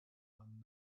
one